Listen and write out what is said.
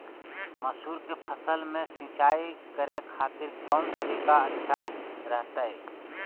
मसूर के फसल में सिंचाई करे खातिर कौन तरीका अच्छा रहतय?